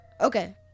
Okay